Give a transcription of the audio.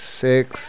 six